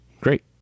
great